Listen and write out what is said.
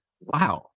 wow